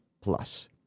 plus